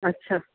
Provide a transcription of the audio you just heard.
अच्छा